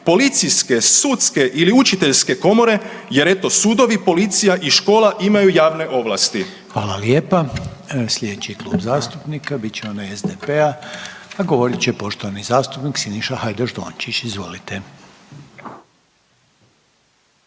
policijske, sudske ili učiteljske komore jer eto sudovi, policija i škola imaju javne ovlasti. **Reiner, Željko (HDZ)** Hvala lijepa. Sljedeći klub zastupnika bit će onaj SDP-a, a govorit će poštovani zastupnik Siniša Hajdaš Dončić. Izvolite.